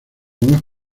más